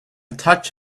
touch